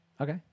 Okay